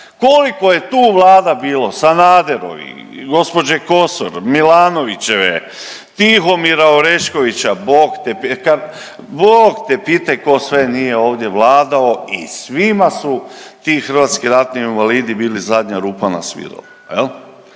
Koliko je tu vlada bila, Sanaderovih, gđe Kosor, Milanovićeve, Tihomira Oreškovića, Bog te, kad, Bog te pitaj tko sve nije ovdje vladao i svima su ti hrvatski ratni invalidi bili zadnja rupa na sviralu,